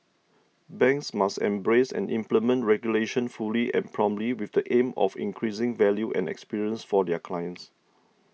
banks must embrace and implement regulation fully and promptly with the aim of increasing value and experience for their clients